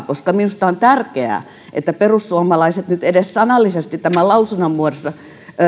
koska minusta on tärkeää että perussuomalaiset nyt edes sanallisesti tämän lausuman muodossa